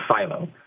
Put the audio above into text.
Philo